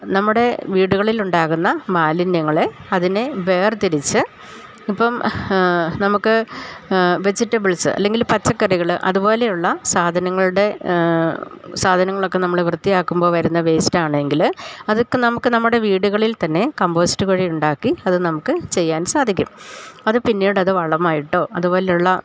നമ്മുടെ വീടുകളിലുണ്ടാകുന്ന മാലിന്യങ്ങളെ അതിനെ വേർതിരിച്ച് ഇപ്പം നമുക്ക് വെജിറ്റബിൾസ് അല്ലെങ്കില് പച്ചക്കറികള് അതുപോലെയുള്ള സാധനങ്ങളുടെ സാധനങ്ങളൊക്കെ നമ്മള് വൃത്തിയാക്കുമ്പോൾ വരുന്ന വേസ്റ്റാണെങ്കില് അതൊക്കെ നമുക്ക് നമ്മുടെ വീടുകളിൽ തന്നെ കമ്പോസ്റ്റ് കുഴി ഉണ്ടാക്കി അത് നമുക്ക് ചെയ്യാൻ സാധിക്കും അത് പിന്നീടത് വളമായിട്ടോ അതുപോലെയുള്ള